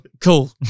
cool